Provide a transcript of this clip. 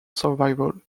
survival